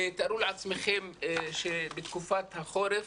תארו לעצמכם שבתקופת החורף